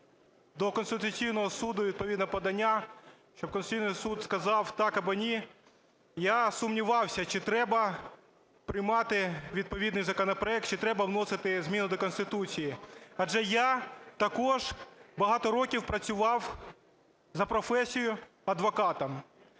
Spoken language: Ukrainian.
до Конституційного Суду відповідне подання, щоб Конституційний Суд сказав так або ні, я сумнівався, чи треба приймати відповідний законопроект, чи треба вносити зміни до Конституції, адже я також багато років працював за професією адвокатом.